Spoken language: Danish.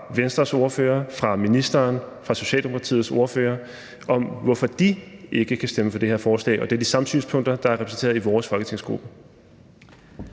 Venstres ordfører, fra ministeren og fra Socialdemokratiets ordfører om, hvorfor de ikke kan stemme for det her forslag. Det er de samme synspunkter, der er repræsenteret i vores folketingsgruppe.